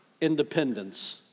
independence